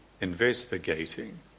investigating